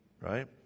right